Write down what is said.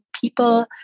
people